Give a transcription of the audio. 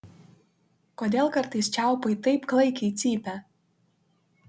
kodėl kartais čiaupai taip klaikiai cypia